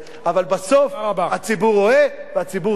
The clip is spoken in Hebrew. אבל בסוף הציבור רואה והציבור שופט.